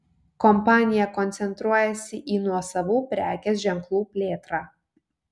kompanija koncentruojasi į nuosavų prekės ženklų plėtrą